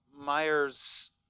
Myers